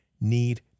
need